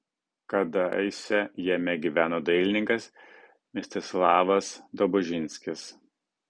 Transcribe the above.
kadaise jame gyveno dailininkas mstislavas dobužinskis